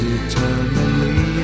eternally